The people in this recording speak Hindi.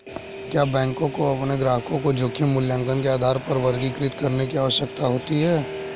क्या बैंकों को अपने ग्राहकों को जोखिम मूल्यांकन के आधार पर वर्गीकृत करने की आवश्यकता है?